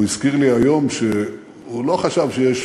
והוא הזכיר לי היום שהוא לא חשב שיש